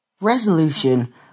resolution